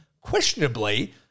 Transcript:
questionably